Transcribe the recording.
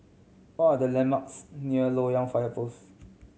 what are the landmarks near Loyang Fire Post